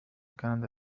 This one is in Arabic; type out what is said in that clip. كان